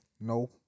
No